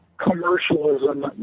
commercialism